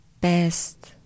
best